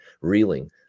reeling